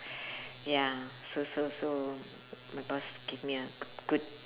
ya so so so my boss gave me a good